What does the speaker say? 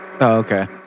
okay